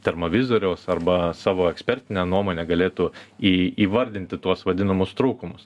termovizoriaus arba savo ekspertine nuomone galėtų į įvardinti tuos vadinamus trūkumus